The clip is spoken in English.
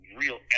real